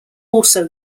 also